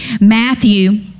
Matthew